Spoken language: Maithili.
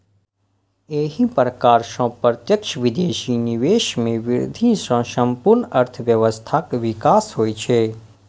एहि प्रकार सं प्रत्यक्ष विदेशी निवेश मे वृद्धि सं संपूर्ण अर्थव्यवस्थाक विकास होइ छै